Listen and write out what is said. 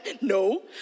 No